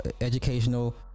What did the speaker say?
educational